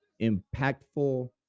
impactful